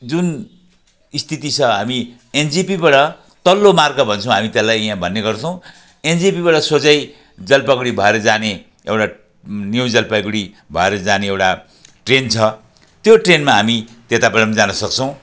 जुन स्थिति छ हामी एनजेपिबाट तल्लो मार्ग भन्छौँ हामी त्यसलाई यहाँ भन्ने गर्छौँ एनजेपिबाट सोझै जलपाइगुडी भएर जाने एउटा न्यु जलपाइगुडी भएर जाने एउटा ट्रेन छ त्यो ट्रेनमा हामी त्यताबाट जान सक्छौँ